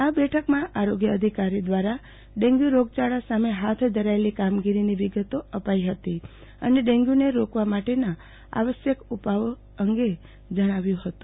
આ બેઠકમાં આરોગ્ય અધિકારી દ્વારા ડેન્ગ્યું રોગયાળા સામે હાથ ધરાયેલી કામગીરીની વિગતો અપાઈ હતી અને ડેન્ગ્યું રોકવા માટેના આવશ્યક ઉપાયો અંગે જણાવ્યું હતું